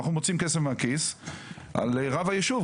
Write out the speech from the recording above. אנחנו מוציאים כסף מהכיס על רב הישוב,